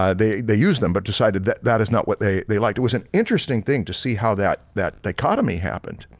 they they used them but decided that that is not what they they liked. it was an interesting thing to see how that that the economy happened.